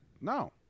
No